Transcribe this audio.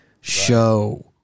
show